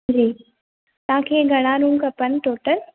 जी तव्हां खे घणा रूम खपनि टोटल